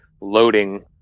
loading